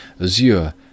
azure